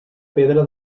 pedra